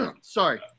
Sorry